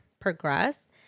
progress